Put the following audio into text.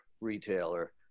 retailer